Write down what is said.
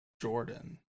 Jordan